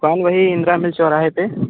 दुकान वही इंद्रा मिल चौराहे पर